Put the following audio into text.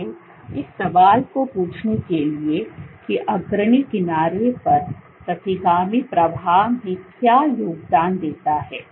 इसलिए इस सवाल को पूछने के लिए कि अग्रणी किनारे पर प्रतिगामी प्रवाह में क्या योगदान देता है